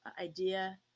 idea